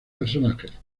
personajes